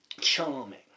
charming